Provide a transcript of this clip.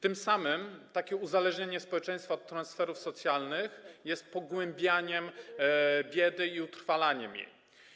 Tym samym takie uzależnianie społeczeństwa od transferów socjalnych jest pogłębianiem biedy i utrwalaniem jej.